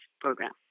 program